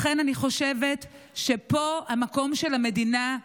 לכן אני חושבת שפה המקום של המדינה,